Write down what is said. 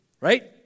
Right